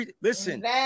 Listen